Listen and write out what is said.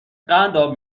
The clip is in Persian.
قنداب